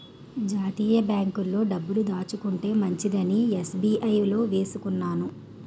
జాతీయ బాంకుల్లో డబ్బులు దాచుకుంటే మంచిదని ఎస్.బి.ఐ లో వేసుకున్నాను